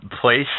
Place